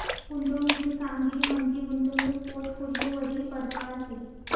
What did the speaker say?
गुंतवणूकनी कामगिरी म्हंजी गुंतवणूक पोर्टफोलिओवरी परतावा शे